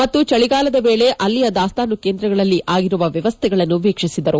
ಮತ್ತು ಚಳಿಗಾಲದ ವೇಳೆ ಅಲ್ಲಿಯ ದಾಸ್ತಾನು ಕೇಂದ್ರಗಳಲ್ಲಿ ಆಗಿರುವ ವ್ಲವಸ್ಥೆಗಳನ್ನು ವೀಕ್ಷಿಸಿದರು